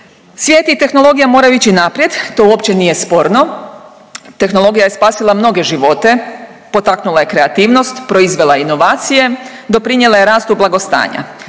Svijet i tehnologija moraju ići naprijed, to uopće nije sporno, tehnologija je spasila mnoge živote, potaknula je kreativnost, proizvela inovacije, doprinijela je rastu blagostanja.